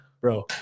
bro